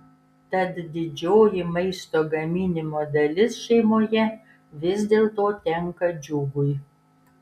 tad didžioji maisto gaminimo dalis šeimoje vis dėlto tenka džiugui